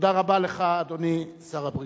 תודה רבה לך, אדוני שר הבריאות.